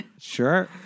Sure